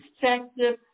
effective